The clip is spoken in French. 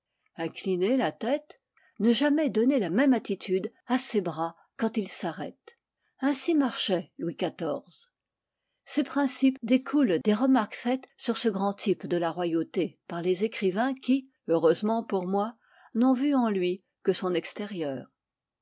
incliner la tête ne jamais donner la même attitude à ses bras quand il s'arrête ainsi marchait louis xiv ces principes découlent des remarques faites sur ce grand type de la royauté par les écrivains qui heureusement pour moi n'ont vu en lui que son extérieur